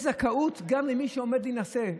יש זכאות גם למי שעומד להינשא.